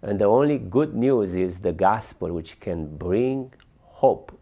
and the only good news is the gospel which can bring hope